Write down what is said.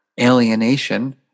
alienation